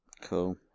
Cool